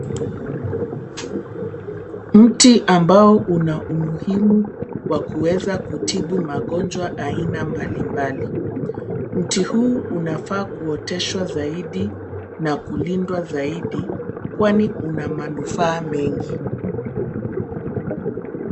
Mti ambao una umuhimu wa kuweza kutibu magonjwa aina mbali mbali. Mti huu unafaa kuoteshwa zaidi na kulindwa zaidi kwani una manufaa mengi.